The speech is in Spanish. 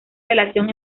relación